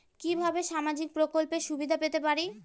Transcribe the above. কিভাবে সামাজিক প্রকল্পের সুবিধা পেতে পারি?